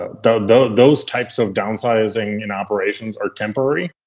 ah those types of downsizing and operations are temporary,